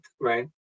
right